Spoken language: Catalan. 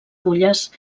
fulles